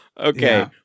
okay